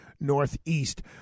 northeast